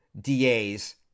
DAs